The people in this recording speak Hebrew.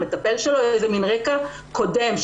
המטפל שלו איזה רקע קודם,